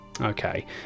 Okay